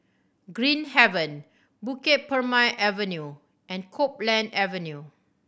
Green Haven Bukit Purmei Avenue and Copeland Avenue